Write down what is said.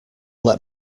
let